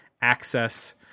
access